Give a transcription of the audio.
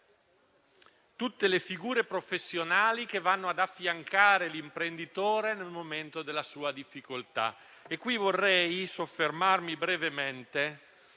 tutte le figure professionali che vanno ad affiancare l'imprenditore nel momento della sua difficoltà. A tal proposito, vorrei soffermarmi brevemente